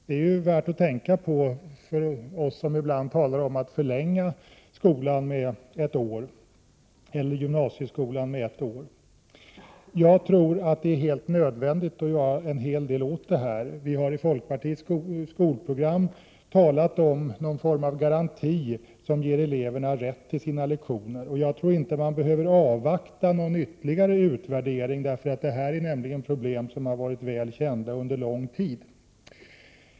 Detta är värt att tänka på för dem som ibland talar om att man skall förlänga gymnasieskolan med ett år. Jag tror att det är alldeles nödvändigt att göra en hel del åt detta. Vi har i 43 folkpartiets skolprogram talat om någon form av garanti, som ger eleverna rätt till deras lektioner. Jag tror inte man behöver avvakta någon ytterligare utvärdering. Dessa problem har varit väl kända under lång tid.